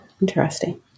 Interesting